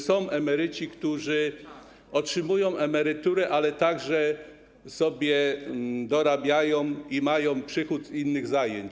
Są emeryci, którzy otrzymują emeryturę, ale także sobie dorabiają i mają przychód z innych zajęć.